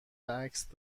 عکس